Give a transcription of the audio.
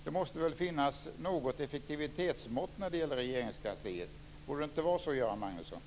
Det måste väl finnas något effektivitetsmått för Regeringskansliet. Borde det inte vara så, Göran